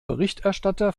berichterstatter